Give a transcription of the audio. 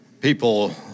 people